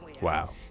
wow